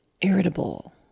irritable